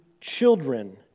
children